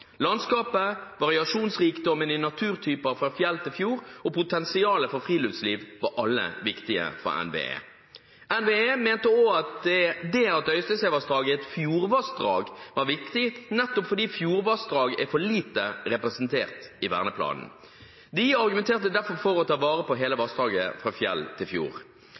Landskapet, variasjonsrikdommen i naturtyper, fra fjell til fjord, og potensialet for friluftsliv – alt var viktig for NVE. NVE mente også at det at Øystesevassdraget er et fjordvassdrag, var viktig, nettopp fordi fjordvassdrag er for lite representert i verneplanen. De argumenterte derfor for å ta vare på hele vassdraget, fra fjell til